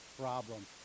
problem